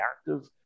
active